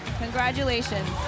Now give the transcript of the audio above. Congratulations